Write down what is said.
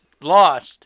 lost